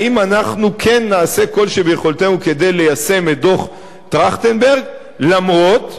האם אנחנו כן נעשה כל שביכולתנו כדי ליישם את דוח-טרכטנברג למרות,